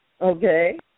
Okay